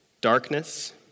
darkness